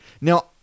Now